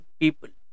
people